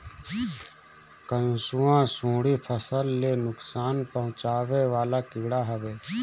कंसुआ, सुंडी फसल ले नुकसान पहुचावे वाला कीड़ा हवे